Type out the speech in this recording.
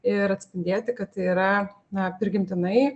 ir atspindėti kad tai yra na prigimtinai